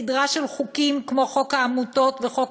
בסדרה של חוקים כמו חוק העמותות וחוק